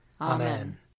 Amen